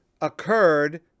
occurred